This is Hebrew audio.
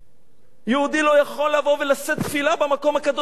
יהודי לא יכול לבוא ולשאת תפילה במקום הקדוש ביותר לו.